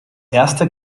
erste